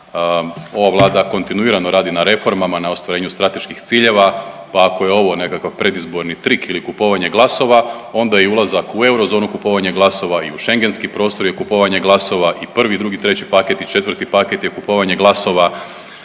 Ova Vlada kontinuirano radi na reformama, na ostvarenju strateških ciljeva pa ako je ovo nekakav predizborni trik ili kupovanje glasova onda je i ulazak u eurozonu kupovanje glasova i Schengenski prostor je kupovanje glasova i prvi i drugi i treći paket i četvrti paket je kupovanje glasova